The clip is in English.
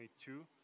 two